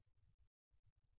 విద్యార్థి ఉత్సాహం